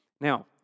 Now